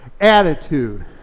attitude